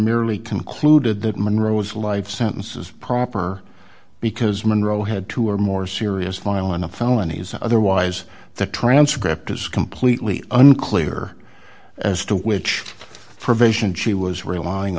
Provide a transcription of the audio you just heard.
merely concluded that monroe was life sentences proper because monroe had two or more serious violent a felonies otherwise the transcript is completely unclear as to which provision she was relying